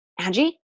Angie